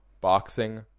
boxing